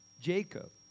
Jacob